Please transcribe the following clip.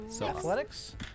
Athletics